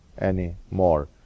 anymore